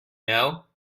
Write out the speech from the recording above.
know